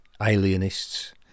alienists